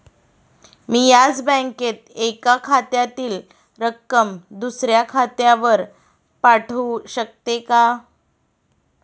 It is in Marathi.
मी याच बँकेत एका खात्यातील रक्कम दुसऱ्या खात्यावर पाठवू शकते का?